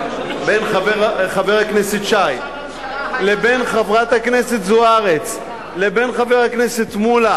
בין חבר הכנסת שי לבין חברת הכנסת זוארץ לבין חבר הכנסת מולה,